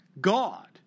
God